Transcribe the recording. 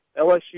LSU